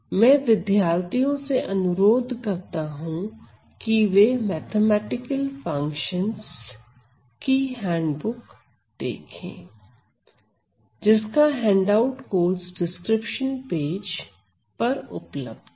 मैं विद्यार्थियों से अनुरोध करता हूं कि वे मैथमेटिकल फंक्शंस की हैंडबुक देखें जिसका handout course description page पर उपलब्ध है